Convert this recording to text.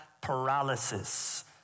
paralysis